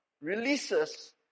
releases